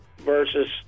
versus